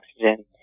oxygen